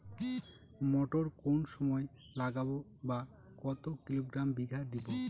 মটর কোন সময় লাগাবো বা কতো কিলোগ্রাম বিঘা দেবো?